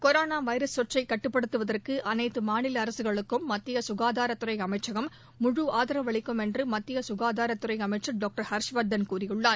corona virus தொற்றை கட்டுப்படுத்துவதற்கு அனைதது மாநில அரசுகளுக்கும் மத்திய சுகாதார அமைச்சகம் முழு ஆதரவு அளிக்கும் என்று மத்திய சுகாதாரத்துறை அமைச்சர் டாக்டர் ஹர்ஷவர்தன் கூறியுள்ளார்